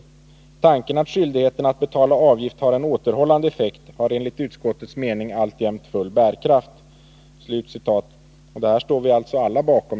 Tanken att skyldigheten att betala avgift har en återhållande effekt har enligt utskottets mening alltjämt full bärkraft.” Det 161 här står alltså alla i utskottet bakom.